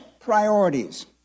priorities